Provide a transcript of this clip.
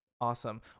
Awesome